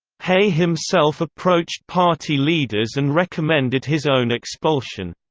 hay himself approached party leaders and recommended his own expulsion.